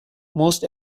most